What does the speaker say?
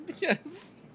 Yes